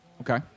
Okay